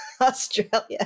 australia